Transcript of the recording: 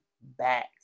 back